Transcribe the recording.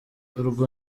urwo